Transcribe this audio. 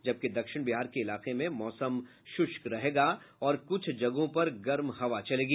जबकि दक्षिण बिहार के इलाके में मौसम शुष्क रहेगा और कुछ जगहों पर गर्म हवा चलेगी